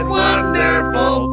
wonderful